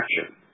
action